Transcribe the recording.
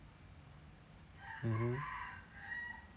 mmhmm